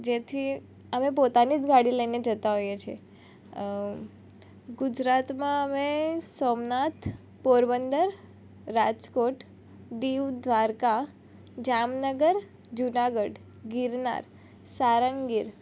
જેથી અમે પોતાની જ ગાડી લઈને જતાં હોઈએ છીએ ગુજરાતમાં અમે સોમનાથ પોરબંદર રાજકોટ દીવ દ્વારકા જામનગર જુનાગઢ ગિરનાર સારંગ ગીર